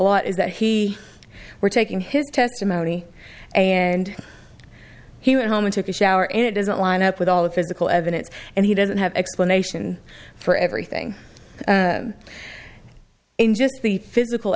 lot is that he were taking his testimony and he went home and took a shower and it doesn't line up with all the physical evidence and he doesn't have explanation for everything in just the physical